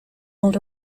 old